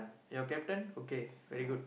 your captain okay very good